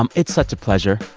um it's such a pleasure.